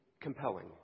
compelling